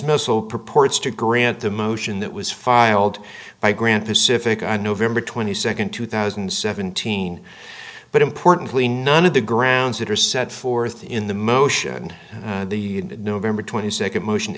dismissal purports to grant the most that was filed by grant pacific on november twenty second two thousand and seventeen but importantly none of the grounds that are set forth in the motion the november twenty second motion